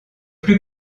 plus